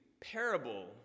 parable